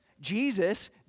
Jesus